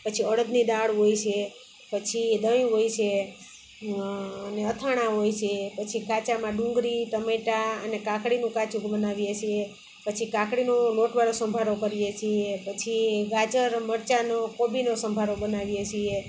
પછી અડદની દાળ હોય છે પછી દહીં હોય છે અને અથાણાં હોય છે પછી કાચામાં ડુંગરી ટમેટા અને કાકડીનું કાચુંક બનાવીએ છીએ પછી કાકડીનું લોકો વાળો સંભારો કરીએ છીએ પછી ગાજર મરચાંનો કોબીનો સંભારો બનાવીએ છીએ